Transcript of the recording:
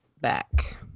back